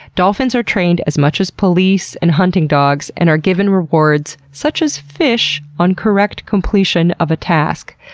dolphins are trained as much as police and hunting dogs and are given rewards such as fish on correct completion of a task.